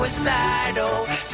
Suicidal